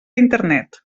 internet